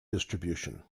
distribution